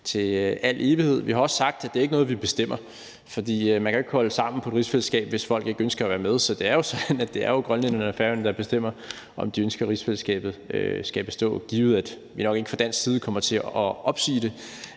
i al evighed. Vi har også sagt, at det ikke er noget, vi bestemmer, for man kan jo ikke holde sammen på et rigsfællesskab, hvis folk ikke ønsker at være med. Så det er jo sådan, at det er Færøerne og Grønland, der bestemmer, om de ønsker, at rigsfællesskabet skal bestå. Givet at vi fra dansk side nok ikke kommer til at opsige det,